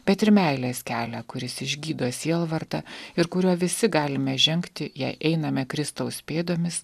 bet ir meilės kelią kuris išgydo sielvartą ir kuriuo visi galime žengti jei einame kristaus pėdomis